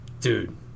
Dude